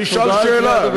שישאל שאלה.